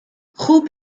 خوب